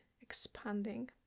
expanding